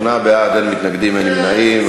בעד, 8, אין מתנגדים, אין נמנעים.